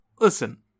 listen